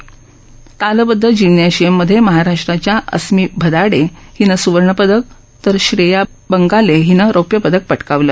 तर तालबद्घ जिम्नॅशियम मध्ये महाराष्ट्राच्या अस्मी भदाडे हिनं सुवर्णपदक आणि श्रेया बंगाले हिनं रौप्यपदक पटकावलं